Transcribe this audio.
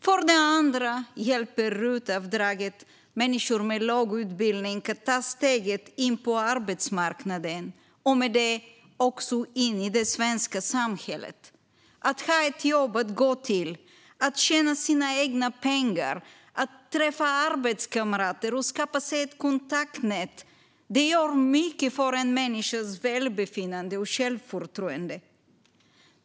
För det andra hjälper RUT-avdraget människor med låg utbildning att ta steget in på arbetsmarknaden och med det också in i det svenska samhället. Att ha ett jobb att gå till, att tjäna sina egna pengar och att träffa arbetskamrater och skapa sig ett kontaktnät gör mycket för en människas välbefinnande och självförtroende.